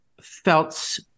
felt